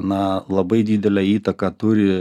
na labai didelę įtaką turi